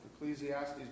Ecclesiastes